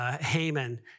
Haman